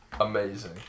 Amazing